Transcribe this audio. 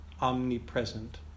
omnipresent